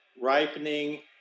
ripening